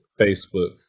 Facebook